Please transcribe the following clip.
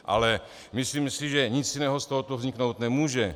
Ale myslím si, že nic jiného z tohoto vzniknout nemůže.